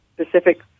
specific